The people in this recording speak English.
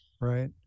Right